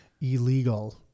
illegal